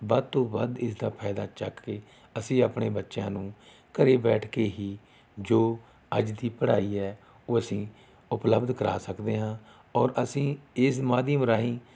ਵੱਧ ਤੋਂ ਵੱਧ ਇਸਦਾ ਫਾਇਦਾ ਚੁੱਕ ਕੇ ਅਸੀਂ ਆਪਣੇ ਬੱਚਿਆਂ ਨੂੰ ਘਰ ਬੈਠ ਕੇ ਹੀ ਜੋ ਅੱਜ ਦੀ ਪੜ੍ਹਾਈ ਹੈ ਉਹ ਅਸੀਂ ਉਪਲਬਧ ਕਰਾ ਸਕਦੇ ਹਾਂ ਔਰ ਅਸੀਂ ਇਸ ਮਾਧਿਅਮ ਰਾਹੀਂ